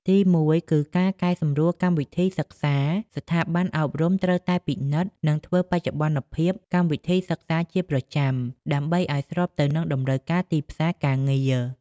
ទីមួយគឺ ការកែសម្រួលកម្មវិធីសិក្សា ស្ថាប័នអប់រំត្រូវតែពិនិត្យ និងធ្វើបច្ចុប្បន្នភាពកម្មវិធីសិក្សាជាប្រចាំដើម្បីឱ្យស្របទៅនឹងតម្រូវការទីផ្សារការងារ។